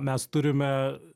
mes turime